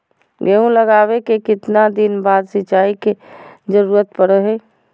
गेहूं लगावे के कितना दिन बाद सिंचाई के जरूरत पड़ो है?